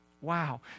Wow